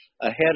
ahead